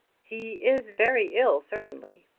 he is very ill certainly.